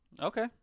Okay